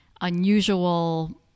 unusual